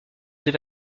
ces